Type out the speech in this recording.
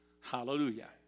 Hallelujah